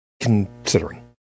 Considering